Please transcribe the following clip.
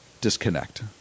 disconnect